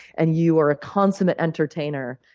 and you are a consummate entertainer,